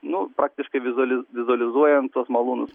nu praktiškai vizuali vizualizuojant tuos malūnus